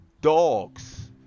dogs